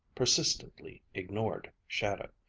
persistently ignored shadow.